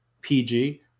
PG